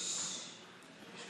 לא התקבלה.